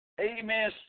amen